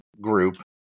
group